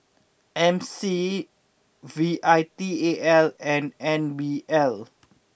M C V I T A L and N B L